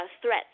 threats